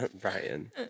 Brian